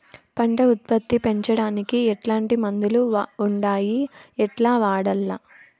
పంట ఉత్పత్తి పెంచడానికి ఎట్లాంటి మందులు ఉండాయి ఎట్లా వాడల్ల?